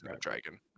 dragon